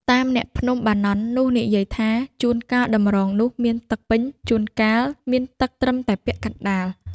តាមអ្នកភ្នំបាណន់នោះនិយាយថា ចួនកាលតម្រងនោះមានទឹកពេញ ចួនកាល់មានទឹកត្រឹមតែពាក់ កណ្តាល,